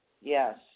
Yes